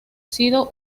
sido